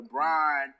LeBron